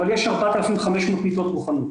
אבל יש 4,500 מיטות מוכנות.